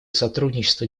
сотрудничество